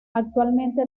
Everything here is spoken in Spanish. actualmente